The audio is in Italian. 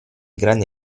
grande